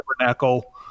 Tabernacle